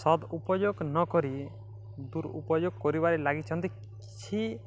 ସଦୁପଯୋଗ ନକରି ଦୁରୁପଯୋଗ କରିବାରେ ଲାଗିଛନ୍ତି କିଛି